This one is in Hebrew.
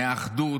מהאחדות,